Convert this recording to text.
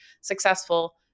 successful